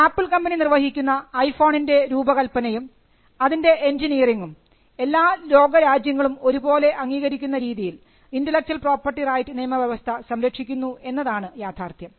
apple കമ്പനി നിർവഹിക്കുന്ന ഐഫോണിൻറെ രൂപകൽപ്പനയും അതിൻറെ എൻജിനീയറിങ്ങും എല്ലാ ലോകരാജ്യങ്ങളും ഒരുപോലെ അംഗീകരിക്കുന്ന രീതിയിൽ ഇന്റെലക്ച്വൽ പ്രോപർട്ടി റൈറ്റ് നിയമവ്യവസ്ഥ സംരക്ഷിക്കുന്നു എന്നതാണ് യാഥാർത്ഥ്യം